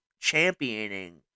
championing